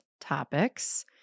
topics